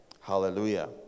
Hallelujah